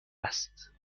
است